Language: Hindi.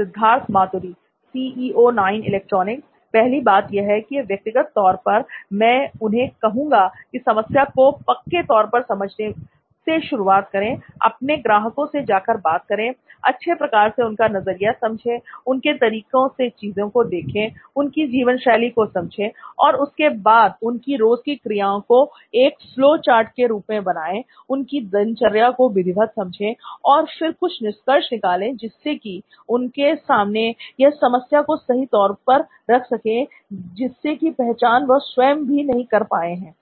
सिद्धार्थ मातुरी पहली बात यह है कि व्यक्तिगत तौर पर मैं उन्हें कहूंगा की समस्या को पक्के तौर पर समझने से शुरुआत करें अपने ग्राहकों से जाकर बात करें अच्छे प्रकार से उनका नजरिया समझे उनके तरीके से चीजों को देखें उनकी जीवन शैली को समझें और उसके बाद उनकी रोज की क्रियाओं को एक फ्लो चार्ट के रूप में बनाएं उनकी दिनचर्या को विधिवत समझे और फिर कुछ निष्कर्ष निकाले जिससे कि उनके सामने उस समस्या को सही तौर पर रख सके जिन्न की पहचान वह स्वयं भी नहीं कर पाए हैं